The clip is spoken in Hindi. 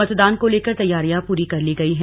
मतदान को लेकर तैयारियां पूरी कर ली गई हैं